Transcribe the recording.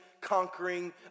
conquering